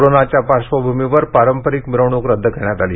कोरोनाच्या पार्श्वभूमीवर पारंपरिक मिरवणूक रद्द करण्यात आली